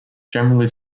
generally